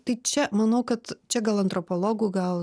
tai čia manau kad čia gal antropologų gal